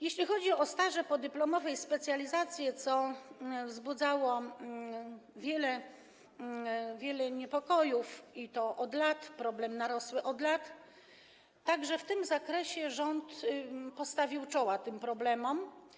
Jeśli chodzi o staże podyplomowe i specjalizacje - to wzbudzało wiele niepokojów, i to od lat, problemy narastały od lat - także w tym zakresie rząd stawił czoła problemom.